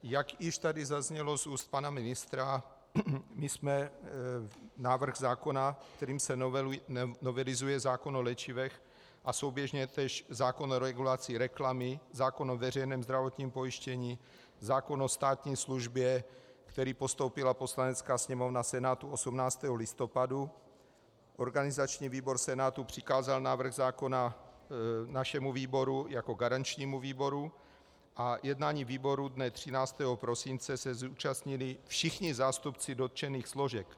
Jak již tady zaznělo z úst pana ministra, my jsme návrh zákona, kterým se novelizuje zákon o léčivech a souběžně též zákon o regulaci reklamy, zákon o veřejném zdravotním pojištění, zákon o státní službě, který postoupila Poslanecká sněmovna Senátu 18. listopadu, organizační výbor Senátu přikázal návrh zákona našemu výboru jako garančnímu výboru a jednání výboru dne 13. prosince se zúčastnili všichni zástupci dotčených složek.